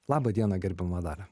laba diena gerbiama dalia